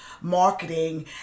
marketing